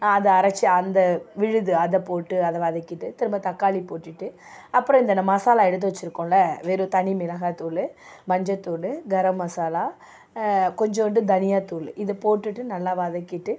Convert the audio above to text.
அதை அரைச்சி அந்த விழுது அதை போட்டு அதை வதக்கிட்டு திரும்ப தக்காளி போட்டுட்டு அப்புறம் இந்தெந்த மசாலா எடுத்து வச்சுருக்கோல்ல வெறும் தனி மிளகாய் தூள் மஞ்சள் தூள் கரம் மசாலா கொஞ்சோண்டு தனியா தூள் இதை போட்டுட்டு நல்லா வதக்கிவிட்டு